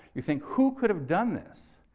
you think, who could have done this?